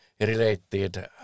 related